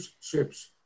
ships